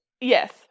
Yes